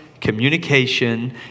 communication